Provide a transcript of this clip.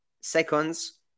seconds